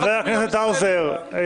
חבר הכנסת האוזר.